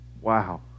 Wow